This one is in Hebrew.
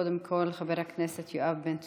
קודם כול חבר הכנסת יואב בן צור.